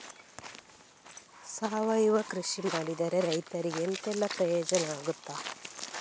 ಸಾವಯವ ಕೃಷಿ ಮಾಡಿದ್ರೆ ರೈತರಿಗೆ ಎಂತೆಲ್ಲ ಪ್ರಯೋಜನ ಆಗ್ತದೆ?